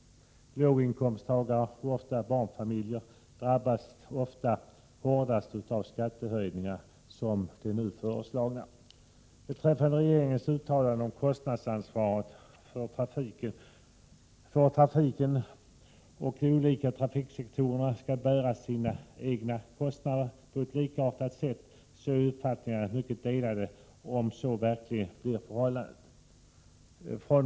Låginkomsttagare och ofta barnfamiljer drabbas ofta hårdast av skattehöjningar som de nu föreslagna. Regeringen uttalar beträffande kostnadsansvaret för trafiken att de olika trafiksektorerna skall bära sina kostnader på ett likartat sätt, men uppfattningarna om huruvida så verkligen blir förhållandet är mycket delade.